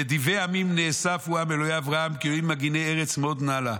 נדיבי עמים נאספו עם אלהי אברהם כי לאלהים מגני ארץ מאד נעלה".